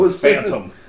Phantom